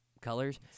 colors